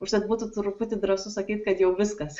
užtat būtų truputį drąsu sakyt kad jau viskas